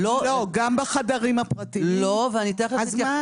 אז מה?